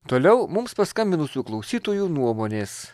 toliau mums paskambinusių klausytojų nuomonės